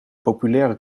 populaire